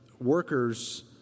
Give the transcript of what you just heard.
workers